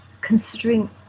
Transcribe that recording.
considering